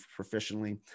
proficiently